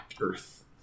earth